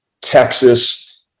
Texas